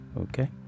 okay